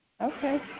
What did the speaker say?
Okay